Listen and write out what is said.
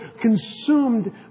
consumed